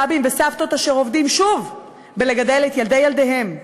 סבים וסבתות אשר עובדים שוב בלגדל את ילדי ילדיהם.